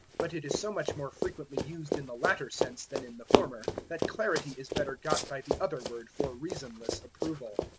but it is so much more frequently used in the latter sense than in the former that clarity is better got by the other word for reasonless approval.